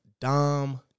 Dom